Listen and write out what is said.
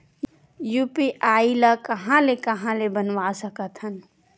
UPI ल कहां ले कहां ले बनवा सकत हन?